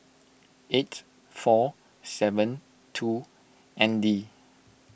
eight four seven two N D